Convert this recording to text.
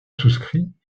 souscrit